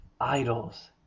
Idols